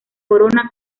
corona